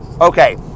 Okay